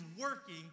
working